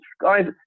guys